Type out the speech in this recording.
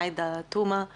עאידה תומאס לימן.